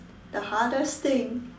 the hardest thing